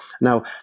Now